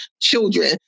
children